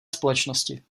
společnosti